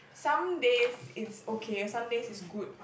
some days it's okay some days it's good